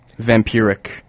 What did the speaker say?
vampiric